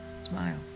Smile